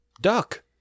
Duck